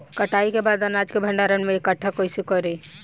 कटाई के बाद अनाज के भंडारण में इकठ्ठा कइसे करी?